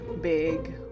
big